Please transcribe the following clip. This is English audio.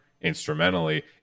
instrumentally